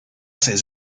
ses